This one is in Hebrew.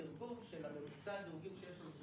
התרגום של ממוצע הדירוגים שיש לנו,